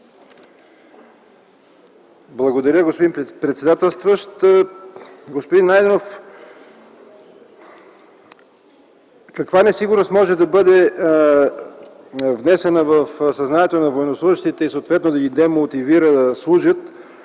Благодаря, господин председател. Господин Найденов, каква несигурност може да бъде внесена в съзнанието на военнослужещите и съответно да ги демотивира да служат,